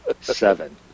seven